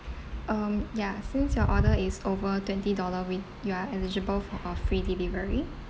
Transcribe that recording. um ya since your order is over twenty dollar with you are eligible for a free delivery